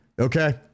Okay